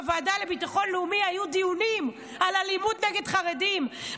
בוועדה לביטחון לאומי היו דיונים על אלימות נגד חרדים.